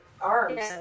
arms